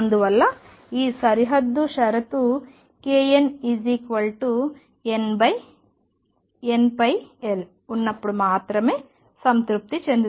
అందువల్ల ఈ సరిహద్దు షరతు knnπL ఉన్నప్పుడు మాత్రమే సంతృప్తి చెందుతుంది